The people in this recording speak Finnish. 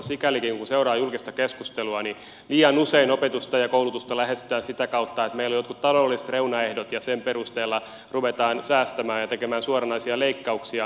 sikälikin kun seuraa julkista keskustelua liian usein opetusta ja koulutusta lähestytään sitä kautta että meillä on jotkut taloudelliset reunaehdot ja niiden perusteella ruvetaan säästämään ja tekemään suoranaisia leikkauksia